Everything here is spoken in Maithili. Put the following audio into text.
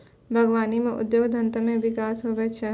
बागवानी से उद्योग धंधा मे बिकास हुवै छै